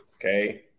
Okay